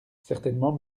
certainement